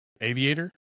Aviator